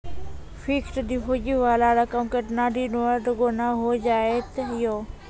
Fixed deposit वाला रकम केतना दिन मे दुगूना हो जाएत यो?